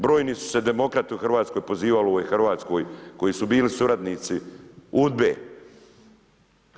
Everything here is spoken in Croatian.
Brojni su se demokrati u Hrvatskoj pozivali u ovoj Hrvatskoj koji su bili suradnici UDBA-e.